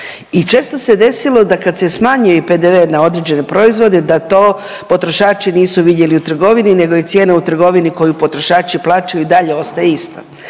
I često se desilo da kad se i smanjuje PDV na određene proizvode da to potrošači nisu vidjeli u trgovini nego je cijena u trgovini koju potrošači plaćaju i dalje ostaje ista.